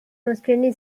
arizona